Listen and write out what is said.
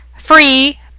free